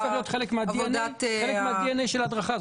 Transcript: זה צריך להיות חלק מה-DNA של ההדרכה.